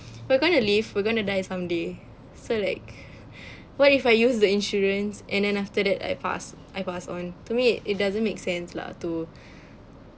we're going to leave we're going to die someday so like what if I use the insurance and then after that I passed I passed on to me it doesn't make sense lah to